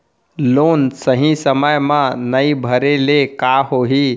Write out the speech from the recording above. Loan सही समय मा नई भरे ले का होही?